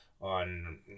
on